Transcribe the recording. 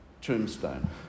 tombstone